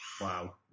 wow